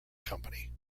company